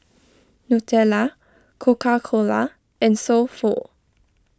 Nutella Coca Cola and So Pho